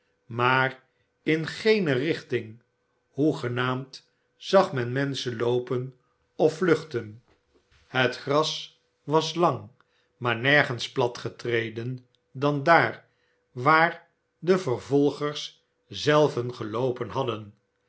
maar in geene richting hoegenaamd zag men menschen loopen of vluchten het gras was lang maar nergens platgetreden dan daar waar de vervolgers zelven geloopen hadden